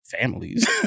families